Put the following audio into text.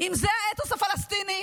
אם זה האתוס הפלסטיני,